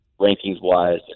rankings-wise